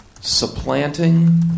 supplanting